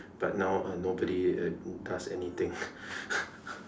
but now uh nobody uh does anything